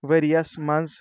ؤری یَس منٛز